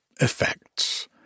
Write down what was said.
effects